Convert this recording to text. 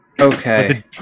Okay